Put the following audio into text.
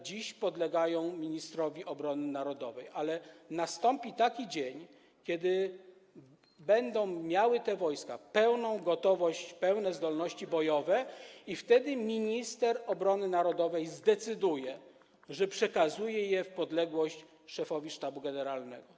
Dziś te wojska podlegają ministrowi obrony narodowej, ale nastąpi taki dzień, kiedy będą miały pełną gotowość, pełne zdolności bojowe, i wtedy minister obrony narodowej zdecyduje o przekazaniu ich w podległość szefowi Sztabu Generalnego.